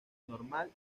normal